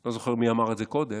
לא זוכר מי אמר את זה קודם,